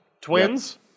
Twins